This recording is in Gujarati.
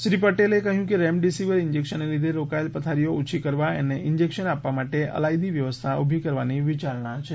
શ્રી પટેલે કહ્યું કે રેમડીસીવર ઈન્જેકશનને લીધે રોકાયેલ પથારીઓ ઓછી કરવા અને ઈન્જેકશન આપવા માટે અલાયદી વ્યવસ્થા ઉભી કરવાની વિચારણા છે